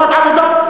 תנו מקומות עבודה.